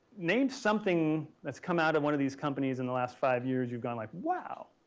name something that's come out of one of these companies in the last five years you've gone like wow.